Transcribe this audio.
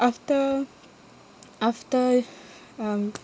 after after um